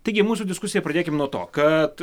taigi mūsų diskusiją pradėkim nuo to kad